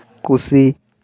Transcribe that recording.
ᱠᱩᱥᱤ